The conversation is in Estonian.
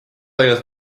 aias